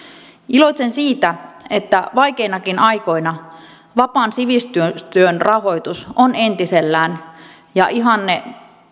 iloitsen siitä että vaikeinakin aikoina vapaan sivistystyön rahoitus on entisellään ja ihanne